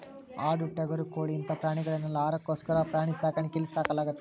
ಆಡು ಟಗರು ಕೋಳಿ ಇಂತ ಪ್ರಾಣಿಗಳನೆಲ್ಲ ಆಹಾರಕ್ಕೋಸ್ಕರ ಪ್ರಾಣಿ ಸಾಕಾಣಿಕೆಯಲ್ಲಿ ಸಾಕಲಾಗ್ತೇತಿ